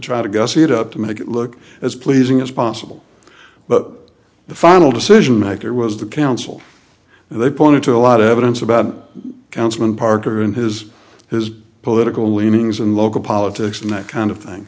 try to gussy it up to make it look as pleasing as possible but the final decision maker was the council and they pointed to a lot of evidence about councilman parker and his his political leanings and local politics and that kind of thing